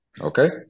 Okay